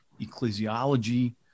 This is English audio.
ecclesiology